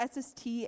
SST